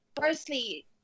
firstly